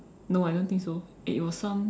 no I don't think so it was some